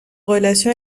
relation